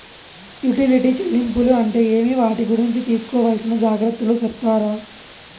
Utility చెల్లింపులు అంటే ఏమి? వాటి గురించి తీసుకోవాల్సిన జాగ్రత్తలు సెప్తారా?